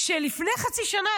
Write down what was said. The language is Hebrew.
לפני חצי שנה,